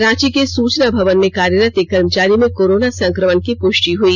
रांची के सूचना भवन में कार्यरत एक कर्मचारी में कोरोना संक्रमण की पुष्टि हुई